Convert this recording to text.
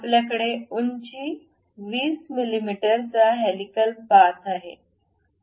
आपल्याकडे उंची 20 मिमीचा हेलिकल पाथ आहे